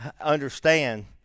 understand